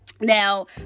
Now